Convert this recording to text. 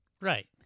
right